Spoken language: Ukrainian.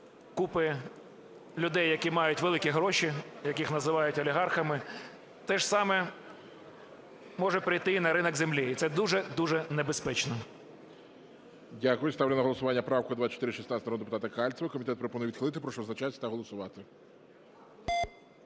купи людей, які мають великі гроші, яких називають олігархами. Те ж саме може прийти і на ринок землі, і це дуже-дуже небезпечно.